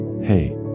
Hey